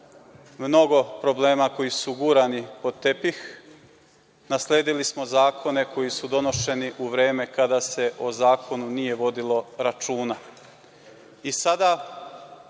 mnogo problema koji su gurani pod tepih. Nasledili smo zakone koji su donošeni u vreme kada se o zakonu nije vodilo računa. Sada,